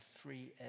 three